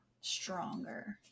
stronger